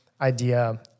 idea